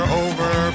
over